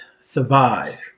survive